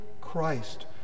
Christ